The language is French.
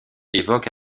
évoque